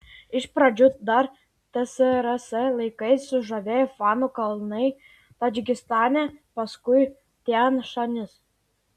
iš pradžių dar tsrs laikais sužavėjo fanų kalnai tadžikistane paskui tian šanis